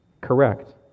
correct